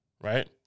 right